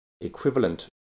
equivalent